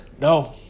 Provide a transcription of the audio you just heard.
No